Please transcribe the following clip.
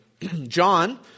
John